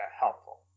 helpful